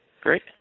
Great